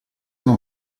non